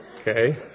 Okay